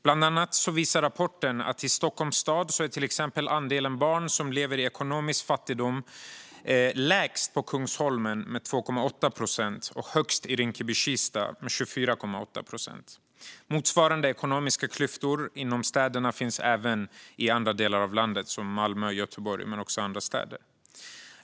Bland annat visar rapporten att i Stockholms stad är andelen barn som lever i ekonomisk fattigdom lägst på Kungsholmen med 2,8 procent och högst i Rinkeby-Kista med 24,8 procent. Motsvarande ekonomiska klyftor inom städer finns även i andra delar av landet, i Malmö och Göteborg men också andra städer.